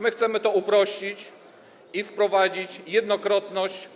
My chcemy to uprościć i wprowadzić jednokrotność